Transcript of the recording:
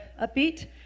upbeat